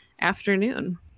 afternoon